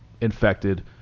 infected